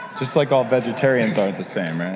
just like all vegetarians aren't the same